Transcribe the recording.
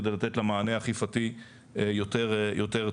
כדי לתת לה מענה אכיפתי יותר טוב.